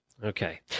Okay